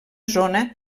zona